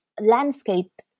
landscape